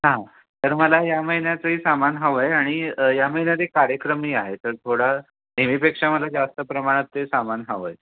हां तर मला या महिन्याचंही सामान हवं आहे आणि या महिन्यात कार्यक्रमही आहे तर थोडा नेहमीपेक्षा मला जास्त प्रमाणात ते सामान हवं आहे